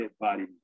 Body